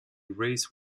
race